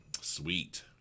Sweet